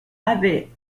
avait